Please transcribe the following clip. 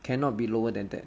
cannot be lower than that